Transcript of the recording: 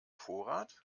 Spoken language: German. vorrat